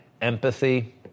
empathy